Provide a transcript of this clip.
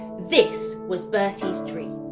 this was bertie's dream,